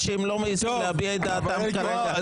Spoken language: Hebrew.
מה שהם לא מעיזים להביע את דעתם כרגע.